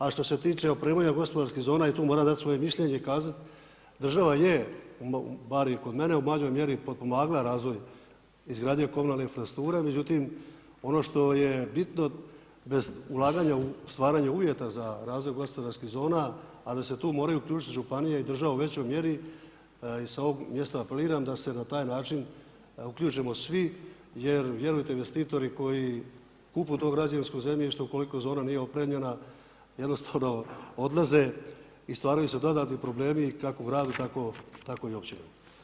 A što se tiče opremanja gospodarskih zona i tu moram dati svoje mišljenje i kazati, država je bar kod mene u manjoj mjeri potpomagala razvoj izgradnje komunalne infrastrukture, međutim ono što je bitno bez ulaganja u stvaranje uvjeta za razvoj gospodarskih zona, a da se tu moraju uključiti županije i država u većoj mjeri i sa ovog mjesta apeliram da se na taj način uključimo svi jer vjerujte mi, investitori koji kupe to građevinsko zemljište ukoliko zona nije opremljena jednostavno odlaze i stvaraju se dodatni problemi kako gradu tako i općini.